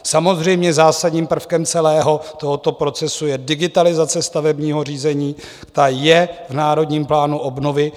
Samozřejmě zásadním prvkem celého tohoto procesu je digitalizace stavebního řízení, ta je v Národním plánu obnovy.